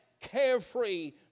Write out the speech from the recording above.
carefree